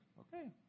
Okay